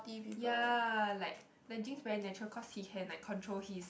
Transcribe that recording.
ya like the genes very natural cause he can like control his